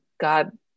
God